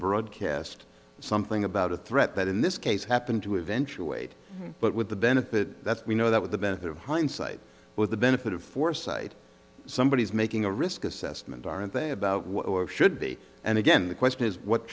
broadcast something about a threat that in this case happened to eventuate but with the benefit that we know that with the benefit of hindsight with the benefit of foresight somebody is making a risk assessment aren't they about what should be and again the question is what